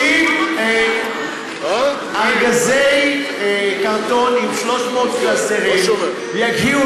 ש-30 ארגזי קרטון עם 300 קלסרים יגיעו